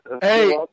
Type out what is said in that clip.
Hey